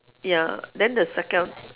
ya then the second